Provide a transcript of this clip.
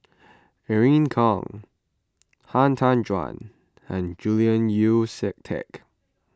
Irene Khong Han Tan Juan and Julian Yeo See Teck